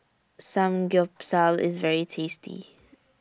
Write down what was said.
Samgyeopsal IS very tasty